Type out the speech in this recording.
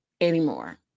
anymore